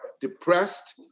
depressed